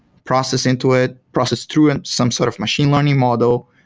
process into it, process to ah some sort of machine learning model,